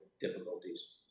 difficulties